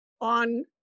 on